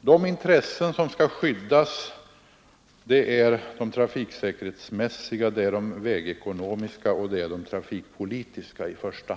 De är i första hand trafiksäkerhetsmässiga, vägekonomiska och trafikpolitiska.